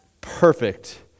perfect